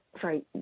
sorry